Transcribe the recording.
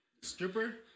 Stripper